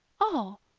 oh,